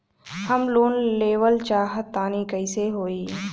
हम लोन लेवल चाह तानि कइसे होई?